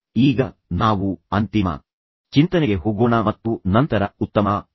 ಈಗ ನಾವು ಅಂತಿಮ ಚಿಂತನೆಗೆ ಹೋಗೋಣ ಮತ್ತು ನಂತರ ನಾನು ಅದನ್ನು ಅಲ್ಲಿಗೆ ನಿಲ್ಲಸುತ್ತೇನೆ